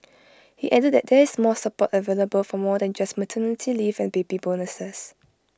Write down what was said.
he added that there is more support available for them than just maternity leave and be baby bonuses